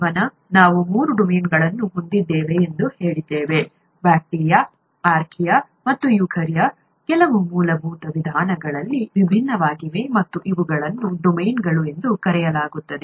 ಜೀವನ ನಾವು ಮೂರು ಡೊಮೇನ್ಗಳನ್ನು ಹೊಂದಿದ್ದೇವೆ ಎಂದು ಹೇಳಿದ್ದೇವೆ ಬ್ಯಾಕ್ಟೀರಿಯಾ ಆರ್ಕಿಯಾ ಮತ್ತು ಯುಕಾರ್ಯ ಕೆಲವು ಮೂಲಭೂತ ವಿಧಾನಗಳಲ್ಲಿ ವಿಭಿನ್ನವಾಗಿವೆ ಮತ್ತು ಇವುಗಳನ್ನು ಡೊಮೇನ್ಗಳು ಎಂದು ಕರೆಯಲಾಗುತ್ತದೆ